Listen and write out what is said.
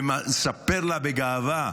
ומספר לה בגאווה,